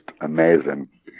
amazing